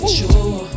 sure